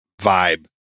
vibe